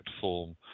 form